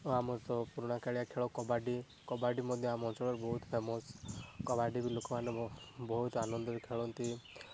ଓ ଆମର ତ ପୁରୁଣାକାଳିଆ ଖେଳ କବାଡ଼ି କବାଡ଼ି ମଧ୍ୟ ଆମ ଅଞ୍ଚଳରେ ବହୁତ ଫେମସ କବାଡ଼ି ବି ଲୋକମାନେ ବ ବହୁତ ଆନନ୍ଦରେ ଖେଳନ୍ତି